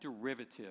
derivative